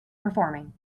performing